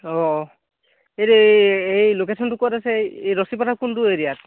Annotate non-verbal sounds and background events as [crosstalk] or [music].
অঁ এই এই এই লোকেচনটো ক'ত আছে এই [unintelligible] কোনটো এৰিয়াত